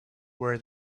where